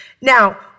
Now